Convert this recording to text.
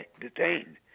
detained